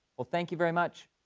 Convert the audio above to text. well thank you very much,